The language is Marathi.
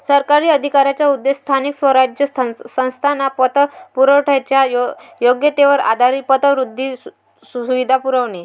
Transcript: सरकारी अधिकाऱ्यांचा उद्देश स्थानिक स्वराज्य संस्थांना पतपुरवठ्याच्या योग्यतेवर आधारित पतवृद्धी सुविधा पुरवणे